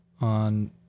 on